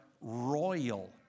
royal